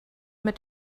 mit